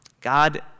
God